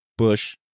Bush